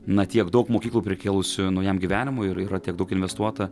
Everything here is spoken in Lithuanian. na tiek daug mokyklų prikėlusių naujam gyvenimui ir yra tiek daug investuota